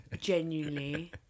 genuinely